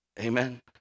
amen